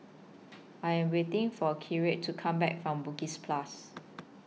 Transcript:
I Am waiting For to Come Back from Bugis Plus